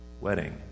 wedding